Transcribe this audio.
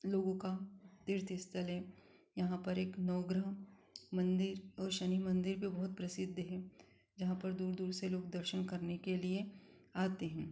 लोगों का तीर्थस्थल है यहाँ पर एक नवग्रह मंदिर और शनि मंदिर भी बहुत प्रसिद्ध है जहाँ पर दूर दूर से लोग दर्शन करने के लिए आते हैं